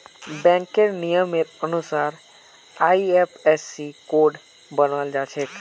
बैंकेर नियमेर अनुसार आई.एफ.एस.सी कोड बनाल जाछे